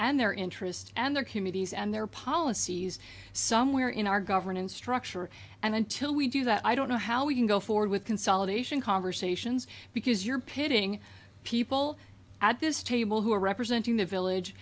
and their interests and their committees and their policies somewhere in our governance structure and until we do that i don't know how we can go forward with consolidation conversations because you're pitting people at this table who are representing the village